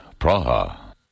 Praha